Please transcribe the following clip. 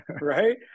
right